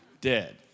dead